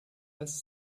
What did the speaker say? als